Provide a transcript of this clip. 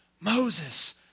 Moses